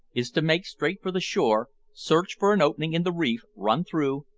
is to make straight for the shore, search for an opening in the reef, run through,